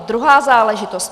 Druhá záležitost.